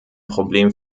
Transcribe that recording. problem